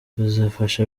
bizafasha